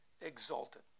exalted